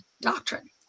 doctrine